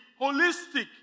holistic